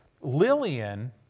Lillian